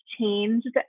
changed